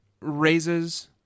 raises